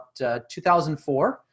2004